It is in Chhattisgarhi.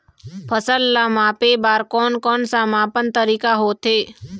फसल ला मापे बार कोन कौन सा मापन तरीका होथे?